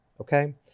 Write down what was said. okay